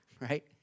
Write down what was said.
right